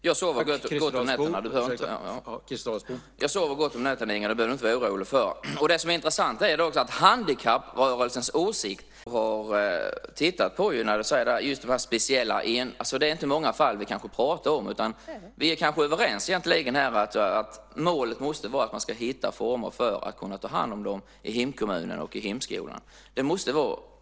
Herr talman! Det är väl lite grann just dessa speciella fall man har tittat på. Som du säger är det inte många fall vi pratar om. Vi kanske egentligen är överens: Målet måste vara att hitta former för att kunna ta hand om dem i hemkommunen och i hemskolan.